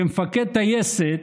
כמפקד טייסת,